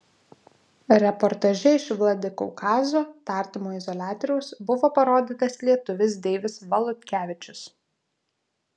reportaže iš vladikaukazo tardymo izoliatoriaus buvo parodytas lietuvis deivis valutkevičius